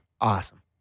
awesome